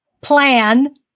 plan